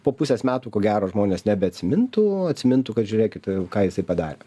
po pusės metų ko gero žmonės nebeatsimintų atsimintų kad žiūrėkit ką jisai padarė